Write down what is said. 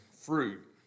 fruit